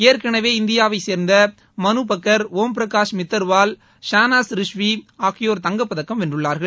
ஏற்கனவே இந்தியாவை சேர்ந்த மலு பக்கர் ஒம் பிரகாஷ் மித்தர்வால் ஷாளாஸ் ரிஸ்வி ஆகியோர் தங்கப்பதக்கம் வென்றுள்ளார்கள்